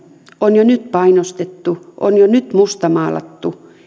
on jo nyt painostettu on jo nyt mustamaalattu